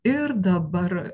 ir dabar